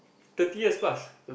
twenty years plus